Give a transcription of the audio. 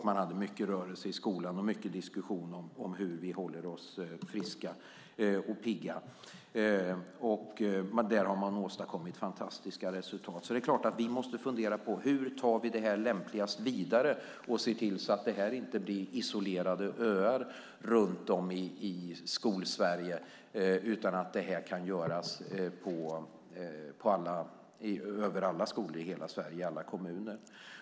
Man hade mycket rörelser i skolan och mycket diskussion om hur vi håller oss friska och pigga. Där har man åstadkommit fantastiska resultat. Vi måste fundera på: Hur tar vi det lämpligast vidare och ser till att det inte blir isolerade öar i Skolsverige utan att det kan göras i alla skolor i alla kommuner i hela Sverige?